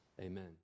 amen